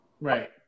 Right